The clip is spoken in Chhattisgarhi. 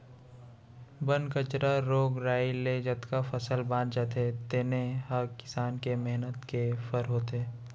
बन कचरा, रोग राई ले जतका फसल बाँच जाथे तेने ह किसान के मेहनत के फर होथे